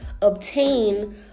obtain